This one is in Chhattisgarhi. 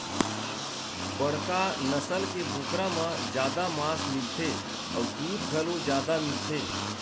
बड़का नसल के बोकरा म जादा मांस मिलथे अउ दूद घलो जादा मिलथे